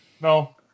No